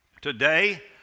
Today